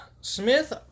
Smith